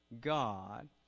God